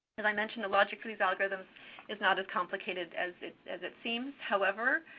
as i mentioned, the logic for these algorithms is not as complicated as it as it seems. however,